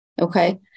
Okay